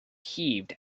heaved